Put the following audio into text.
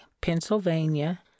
Pennsylvania